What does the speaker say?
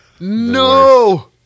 No